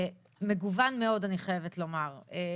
מגוון מאוד, אני חייבת לומר, בריאות,